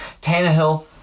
Tannehill